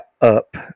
up